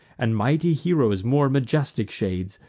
and mighty heroes' more majestic shades,